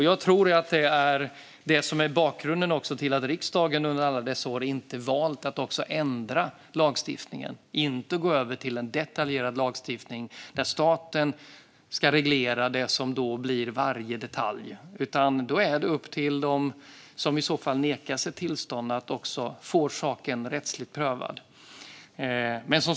Jag tror att bakgrunden till att riksdagen under alla dessa år inte har valt att gå över till en detaljerad lagstiftning, där staten ska reglera det som då blir varje detalj, är att det är upp till dem som i så fall nekas ett tillstånd att också få saken rättsligt prövad.